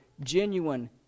genuine